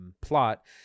plot